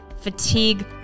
fatigue